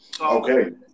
Okay